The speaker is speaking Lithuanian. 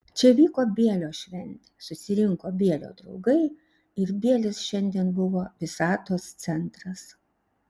čia vyko bielio šventė susirinko bielio draugai ir bielis šiandien buvo visatos centras